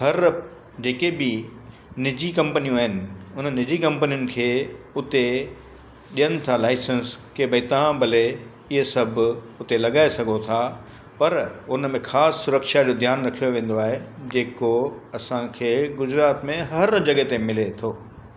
हर जेके बि निजी कंपनियूं आहिनि हुन निजी कंपनियुनि खे हुते ॾियनि था लाइसंस की भई तव्हां भले इहो सभु उते लॻाए सघो था पर हुन में ख़ासि सुरक्षा जो ध्यानु रखियो वेंदो आहे जेको असांखे गुजरात में हर जॻह ते मिले थो